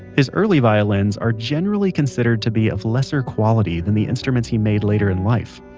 his early violins are generally considered to be of lesser quality than the instruments he made later in life.